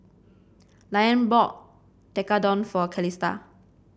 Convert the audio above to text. Liane bought Tekkadon for Calista